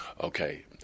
Okay